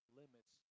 limits